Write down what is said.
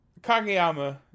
Kageyama